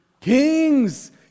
Kings